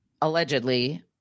allegedly